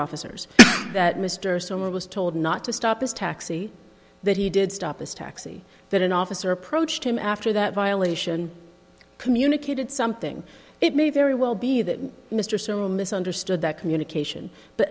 officers that mr stoller was told not to stop this taxi that he did stop this taxi that an officer approached him after that violation communicated something it may very well be that mr sewell misunderstood that communication but